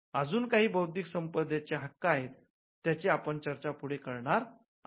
अजून काही बौद्धिक संपदेचे हक्क आहेत त्यांची आपण चर्चा पुढे करणार आहोत